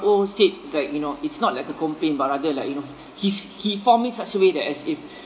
said that you know it's not like a complain but rather like you know he he form in such a way that as if